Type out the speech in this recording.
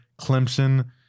Clemson